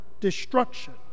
destruction